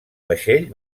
vaixell